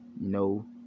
No